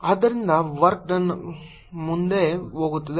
ಆದ್ದರಿಂದ work done ಮುಂದೆ ಹೋಗುತ್ತಿದೆ